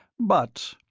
but,